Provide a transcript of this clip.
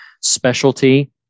specialty